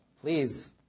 please